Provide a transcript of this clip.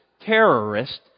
terrorist